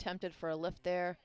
attempted for a lift there